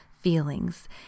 feelings